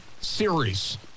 series